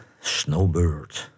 Snowbird